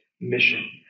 mission